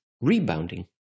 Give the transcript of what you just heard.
rebounding